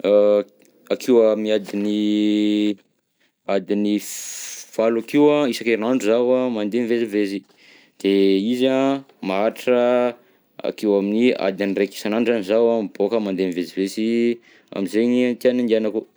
Akeo amin'ny adiny adiny f- valo akeo an isan-kerinandro zaho an mandeha mivezivezy, de izy an maharitra akeo amin'ny adiny raika isan'andro zany zaho an miboaka mandeha mivezivezy am'zegny tiany andihanako.